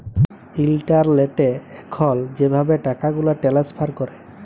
ইলটারলেটে এখল যেভাবে টাকাগুলা টেলেস্ফার ক্যরে